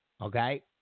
okay